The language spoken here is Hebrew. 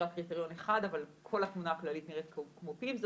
רק קריטריון אחד אבל כל התמונה הכללית נראית כמו פימס.